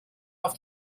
auf